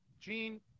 Gene